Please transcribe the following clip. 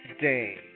day